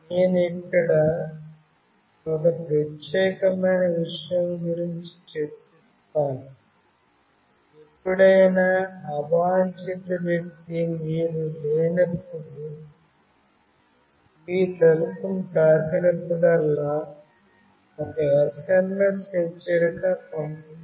నేను ఇక్కడ ఈ ప్రత్యేకమైన విషయం గురించి చర్చిస్తాను ఎప్పుడైనా అవాంఛిత వ్యక్తి మీరు లేనప్పుడుమీ తలుపును తాకినప్పుడల్లా ఒక SMS హెచ్చరిక పంపబడుతుంది